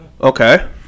Okay